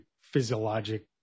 physiologic